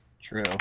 True